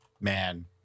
man